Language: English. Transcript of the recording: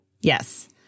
yes